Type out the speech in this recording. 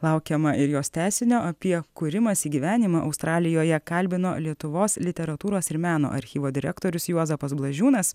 laukiama ir jos tęsinio apie kūrimąsi gyvenimą australijoje kalbino lietuvos literatūros ir meno archyvo direktorius juozapas blažiūnas